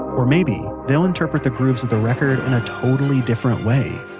or maybe they'll interpret the grooves of the record in a totally different way,